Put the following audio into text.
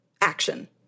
action